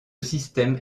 système